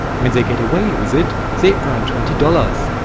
when they get away with it, they earn twenty dollars,